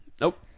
Nope